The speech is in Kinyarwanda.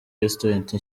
restaurant